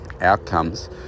outcomes